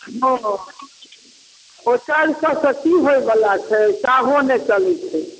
ओ ओ चारि सएसँ तऽ की होइवला छै चाहो नहि चलै छै